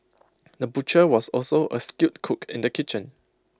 the butcher was also A skilled cook in the kitchen